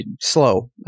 slow